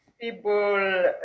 people